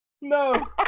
no